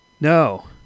No